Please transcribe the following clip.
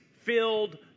filled